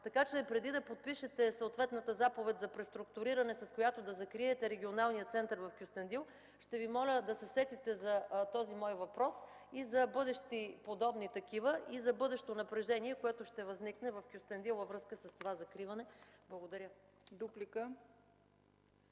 Така че преди да подпишете съответната заповед за преструктуриране, с която да закриете Регионалния център в Кюстендил, ще Ви моля да се сетите за този мой въпрос и за бъдещи подобни такива, и за бъдещо напрежение, което ще възникне в Кюстендил във връзка с това закриване. Благодаря.